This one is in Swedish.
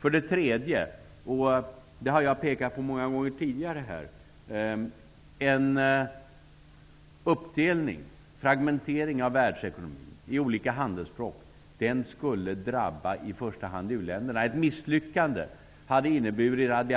För det tredje skulle en uppdelning av världsekonomin i olika handelsblock främst drabba u-länderna, vilket jag har pekat på många gånger tidigare. Ett misslyckande tror jag skulle ha inneburit att vi